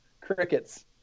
crickets